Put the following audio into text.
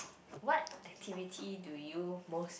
what activity do you most